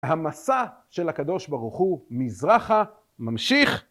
המסע של הקדוש ברוך הוא מזרחה ממשיך.